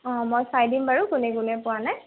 অ মই চাই দিম বাৰু কোনে কোনে পোৱা নাই